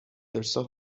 ارسال